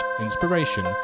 inspiration